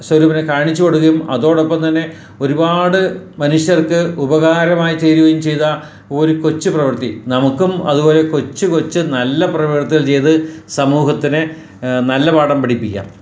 സ്വരൂപനെ കാണിച്ച് കൊടുക്കുകയും അതോടൊപ്പം തന്നെ ഒരുപാട് മനുഷ്യർക്ക് ഉപകരമായി ചേരുകയും ചെയ്ത ഈ ഒരു കൊച്ചു പ്രവർത്തി നമുക്കും അതുപോലെ കൊച്ചു കൊച്ച് നല്ല പ്രവർത്തനം ചെയ്ത് സമൂഹത്തിനെ നല്ല പാഠം പഠിപ്പിക്കാം